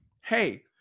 Hey